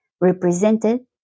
represented